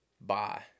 bye